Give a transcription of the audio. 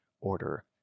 order